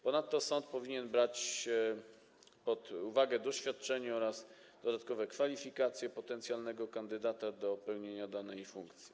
Ponadto sąd powinien brać pod uwagę doświadczenie oraz dodatkowe kwalifikacje potencjalnego kandydata do pełnienia danej funkcji.